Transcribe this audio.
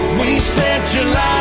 set july